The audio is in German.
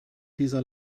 dieser